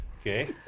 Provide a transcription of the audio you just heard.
Okay